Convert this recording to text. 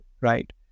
right